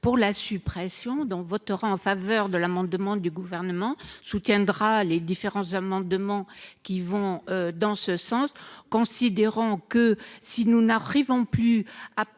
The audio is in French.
pour la suppression dont votera en faveur de l'amendement du gouvernement soutiendra les différents amendements qui vont dans ce sens, considérant que, si nous n'arrivons plus à